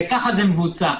כך זה מבוצע.